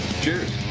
Cheers